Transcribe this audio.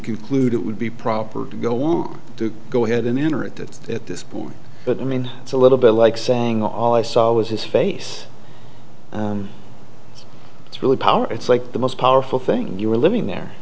conclude it would be proper to go on to go ahead and enter it at this point but i mean it's a little bit like saying all i saw was his face and it's really power it's like the most powerful thing you're living there